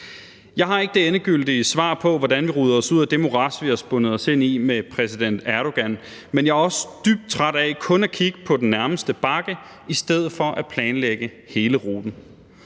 Jeg har ikke det endegyldige svar på, hvordan vi roder os ud af det morads, vi er kommet ind i, med præsident Erdogan. Men jeg er dybt træt af kun at kigge på den nærmeste bakke i stedet for at planlægge hele ruten.